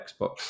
Xbox